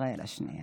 ישראל השנייה.